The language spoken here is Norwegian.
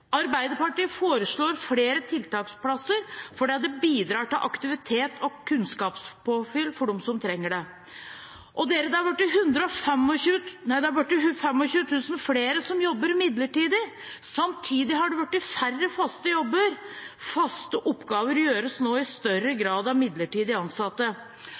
Arbeiderpartiet foreslår flere tiltaksplasser, fordi det bidrar til aktivitet og kunnskapspåfyll for dem som trenger det. Det har blitt 25 000 flere som jobber midlertidig. Samtidig har det blitt færre faste jobber. Faste oppgaver gjøres nå i større grad av midlertidig ansatte.